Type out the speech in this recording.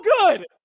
good